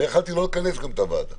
יכולתי גם לא לכנס את הוועדה.